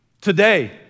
Today